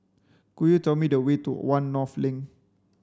could you tell me the way to One North Link